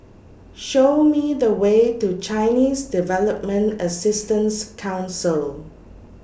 Show Me The Way to Chinese Development Assistance Council